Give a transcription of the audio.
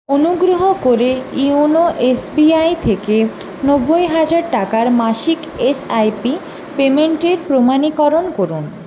অনুগ্রহ করে YONO SBI থেকে নব্বই হাজার টাকার মাসিক এসআইপি পেমেন্টের প্রমাণীকরণ করুন